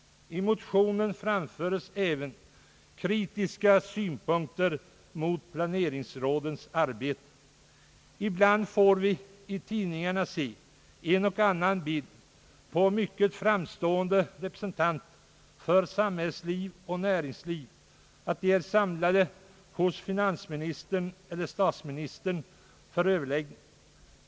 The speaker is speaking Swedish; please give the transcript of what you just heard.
I motionen framförs även kritiska synpunkter på planeringsrådens arbete. Ibland får vi i tidningarna se en och annan bild på mycket framstående representanter för samhällsliv och näringsliv som är samlade hos finansministern eller statsministern för Ööverläggningar.